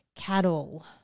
cattle